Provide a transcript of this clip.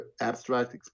abstract